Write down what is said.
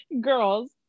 Girls